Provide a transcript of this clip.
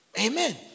Amen